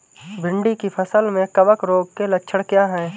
भिंडी की फसल में कवक रोग के लक्षण क्या है?